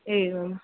एवम्